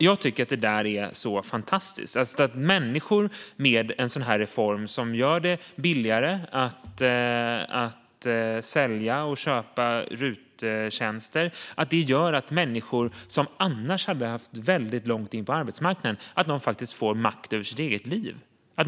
Jag tycker att det är fantastiskt att människor med en sådan här reform som gör det billigare att köpa och sälja RUT-tjänster, människor som annars hade haft väldigt långt in till arbetsmarknaden, faktiskt får makt över sitt eget liv.